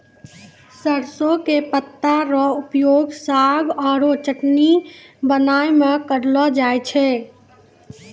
सरसों के पत्ता रो उपयोग साग आरो चटनी बनाय मॅ करलो जाय छै